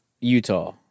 Utah